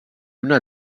una